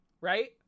right